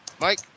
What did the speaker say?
Mike